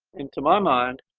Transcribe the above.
into my mind,